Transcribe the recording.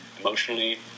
emotionally